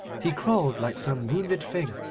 he crawled, like some wounded thing,